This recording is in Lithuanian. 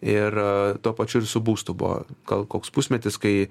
ir tuo pačiu ir su būstu buvo gal koks pusmetis kai